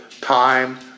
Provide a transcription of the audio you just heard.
time